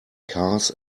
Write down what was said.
cars